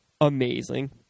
amazing